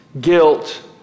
guilt